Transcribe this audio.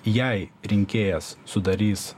jei rinkėjas sudarys